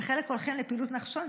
וחלק הולכים לפעילות נחשון,